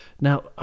Now